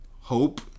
hope